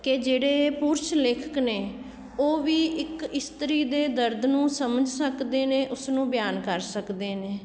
ਕਿ ਜਿਹੜੇ ਪੁਰਸ਼ ਲੇਖਕ ਨੇ ਉਹ ਵੀ ਇੱਕ ਇਸਤਰੀ ਦੇ ਦਰਦ ਨੂੰ ਸਮਝ ਸਕਦੇ ਨੇ ਉਸਨੂੰ ਬਿਆਨ ਕਰ ਸਕਦੇ ਨੇ